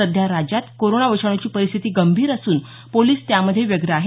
सध्या राज्यात कोरोना विषाणूची परिस्थिती गंभीर असून पोलीस त्यामध्ये व्यग्र आहेत